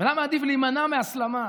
ולמה עדיף להימנע מהסלמה.